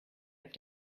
app